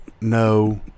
No